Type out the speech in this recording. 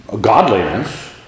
godliness